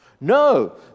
No